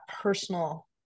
personal